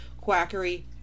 quackery